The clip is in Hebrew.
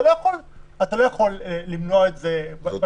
אתה לא יכול למנוע את זה.